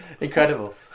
Incredible